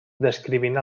descrivint